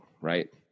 right